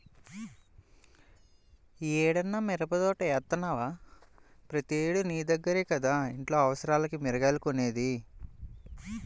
యీ ఏడన్నా మిరపదోట యేత్తన్నవా, ప్రతేడూ నీ దగ్గర కదా ఇంట్లో అవసరాలకి మిరగాయలు కొనేది